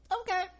okay